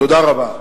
תודה רבה.